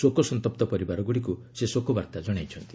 ଶୋକ ସନ୍ତପ୍ତ ପରିବାରଗୁଡ଼ିକୁ ସେ ଶୋକ ବାର୍ତ୍ତା ଜଣାଇଛନ୍ତି